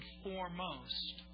foremost